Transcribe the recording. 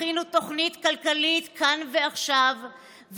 הכינו תוכנית כלכלית כאן ועכשיו,